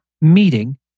meeting